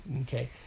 Okay